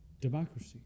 democracy